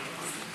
חבר הכנסת גליק.